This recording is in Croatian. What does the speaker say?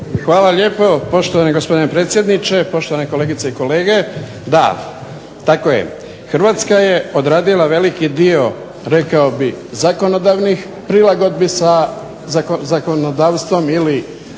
Hvala lijepo, poštovani gospodine predsjedniče. Poštovane kolegice i kolege. Da, tako je, Hrvatska je odradila veliki dio rekao bih zakonodavnih prilagodbi sa zakonodavstvom ili